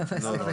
לא, לא.